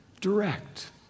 direct